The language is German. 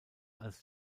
als